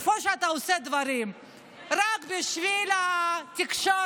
כמו שאתה עושה דברים רק בשביל התקשורת,